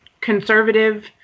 conservative